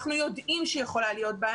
אנחנו יודעים שיכולה להיות בעיה,